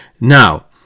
Now